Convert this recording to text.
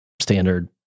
standard